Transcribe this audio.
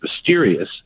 mysterious